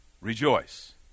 Rejoice